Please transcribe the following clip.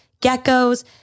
geckos